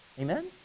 amen